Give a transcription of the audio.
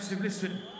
Listen